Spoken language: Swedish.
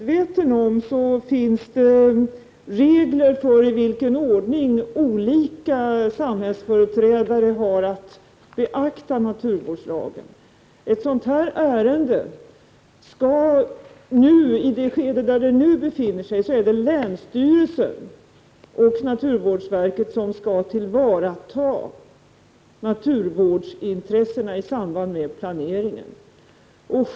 Herr talman! Som Åsa Domeij säkert är medveten om finns det regler för i vilken ordning olika samhällsföreträdare har att beakta naturvårdslagen. När det gäller ett ärende av detta slag är det i detta skede länsstyrelsen och naturvårdsverket som skall tillvarata naturvårdsintressena i samband med planeringen.